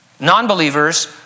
Non-believers